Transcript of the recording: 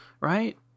right